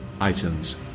items